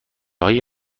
های